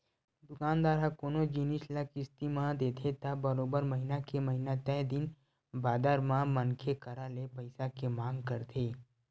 दुकानदार ह कोनो जिनिस ल किस्ती म देथे त बरोबर महिना के महिना तय दिन बादर म मनखे करा ले पइसा के मांग करथे